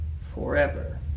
forever